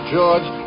George